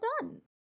done